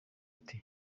ati